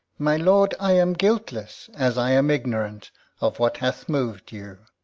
my lord, i am guiltless, as i am ignorant of what hath mov'd you. lear.